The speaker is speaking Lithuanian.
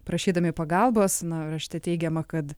prašydami pagalbos na rašte teigiama kad